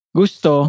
gusto